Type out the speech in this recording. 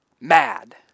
mad